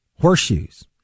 horseshoes